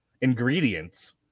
ingredients